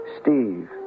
Steve